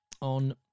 on